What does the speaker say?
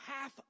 half